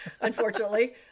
unfortunately